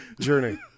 journey